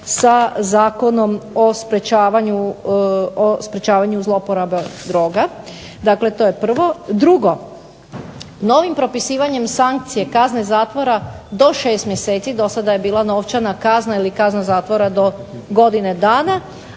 sa Zakonom o sprečavanju zlouporabe droga. Dakle, to je prvo. Drugo, novim propisivanjem sankcije kazne zatvora do 6 mjeseci, dosada je bila novčana kazna ili kazna zatvora do godine dana.